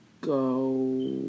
go